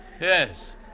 Yes